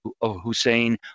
Hussein